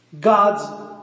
God's